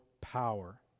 power